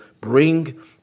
bring